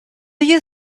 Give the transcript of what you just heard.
you